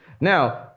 Now